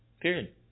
Period